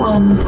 One